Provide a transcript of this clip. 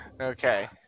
Okay